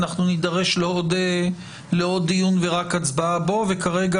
אנחנו נדרש לעוד דיון ורק הצבעה בו וכרגע